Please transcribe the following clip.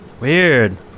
Weird